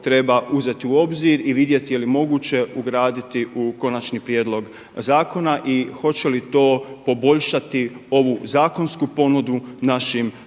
treba uzeti u obzir i vidjeti je li moguće ugraditi u konačni prijedlog zakona i hoće li to poboljšati ovu zakonsku ponudu našim